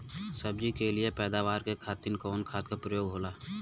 सब्जी के लिए पैदावार के खातिर कवन खाद के प्रयोग होला?